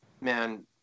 man